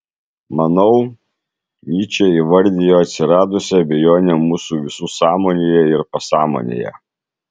manau nyčė įvardijo atsiradusią abejonę mūsų visų sąmonėje ir pasąmonėje